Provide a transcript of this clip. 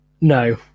no